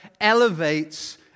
elevates